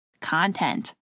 content